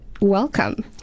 welcome